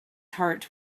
heart